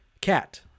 cat